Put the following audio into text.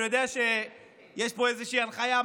אני יודע שיש פה איזושהי הנחיה,